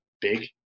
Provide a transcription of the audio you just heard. big